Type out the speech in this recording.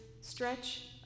stretch